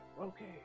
Okay